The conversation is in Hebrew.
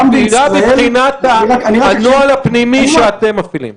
רק מבחינת הנוהל הפנימי שאתם מפעילים.